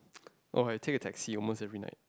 oh I take a taxi almost every night